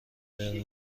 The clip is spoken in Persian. قرمز